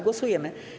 Głosujemy.